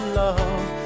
love